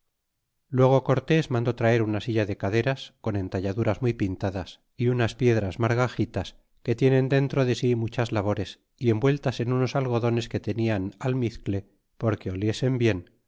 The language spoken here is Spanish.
luego cortés mandó traer una silla de caderas con entalladuras muy pintadas y unas piedras margagitas que tienen dentro de si muchas labores y envueltas en unos algodones que tenian almizcle porque oliesen bien